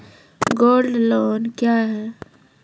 Gold loan loan क्या हैं?